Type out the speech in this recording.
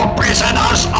prisoners